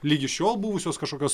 ligi šiol buvusios kažkokios